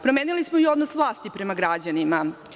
Promenili smo i odnos vlasti prema građanima.